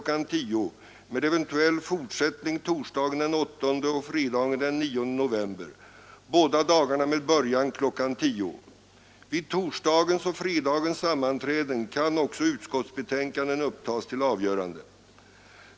10.00 med eventuell fortsättning torsdagen den 8 och fredagen den 9 november, båda dagarna med början kl. 10.00. Vid torsdagens och fredagens sammanträden kan också utskottsbetänkanden upptas till avgörande.